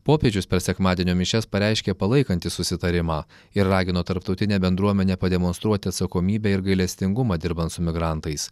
popiežius per sekmadienio mišias pareiškė palaikantis susitarimą ir ragino tarptautinę bendruomenę pademonstruoti atsakomybę ir gailestingumą dirbant su migrantais